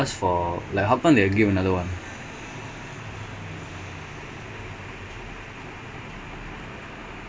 no no no because I've said ya ya ya I see how I'm interested just send me the link then I will